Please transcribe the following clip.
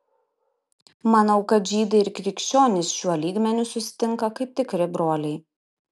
manau kad žydai ir krikščionys šiuo lygmeniu susitinka kaip tikri broliai